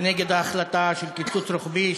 נגד ההחלטה על קיצוץ רוחבי,